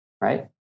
right